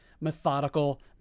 methodical